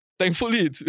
Thankfully